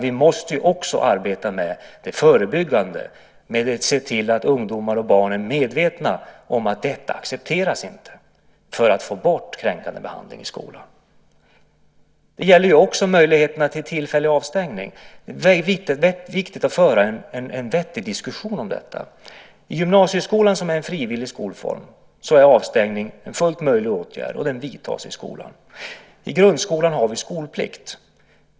Vi måste också arbeta med det förebyggande för att få bort kränkande behandling i skolan och se till att barn och ungdomar är medvetna om att detta inte accepteras. Det gäller också möjligheterna till tillfällig avstängning. Det är viktigt att föra en vettig diskussion om detta. I gymnasieskolan, som är en frivillig skolform, är avstängning en fullt möjlig åtgärd. Den vidtas i skolan. I grundskolan har vi skolplikt.